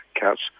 cats